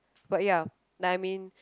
but ya then I mean